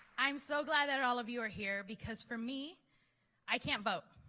i'm so glad that all of you are here because for me i can't vote.